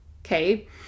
okay